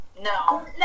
no